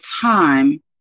time